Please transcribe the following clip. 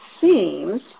seems